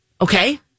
Okay